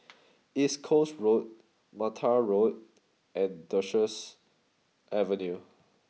East Coast Road Mattar Road and Duchess Avenue